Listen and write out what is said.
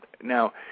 Now